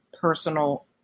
personal